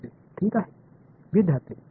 மாணவர் கேள்வி பகுதி 1 க்கு